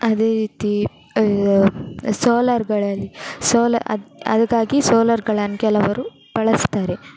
ಅದೇ ರೀತಿ ಸೋಲಾರ್ಗಳಲ್ಲಿ ಸೋಲ ಅದು ಅದಕ್ಕಾಗಿ ಸೋಲಾರ್ಗಳನ್ನ ಕೆಲವರು ಬಳಸ್ತಾರೆ